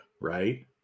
right